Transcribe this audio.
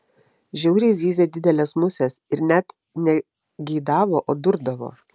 žiauriai zyzė didelės musės ir net ne geidavo o durdavo